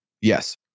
yes